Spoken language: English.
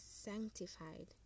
sanctified